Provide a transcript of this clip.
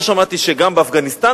לא שמעתי שגם באפגניסטן,